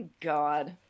God